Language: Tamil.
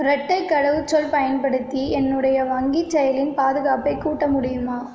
ரெட்டைக் கடவுச்சொல் பயன்படுத்தி என்னுடைய வங்கிச் செயலியின் பாதுகாப்பைக் கூட்ட முடியுமா